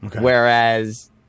Whereas